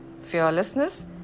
fearlessness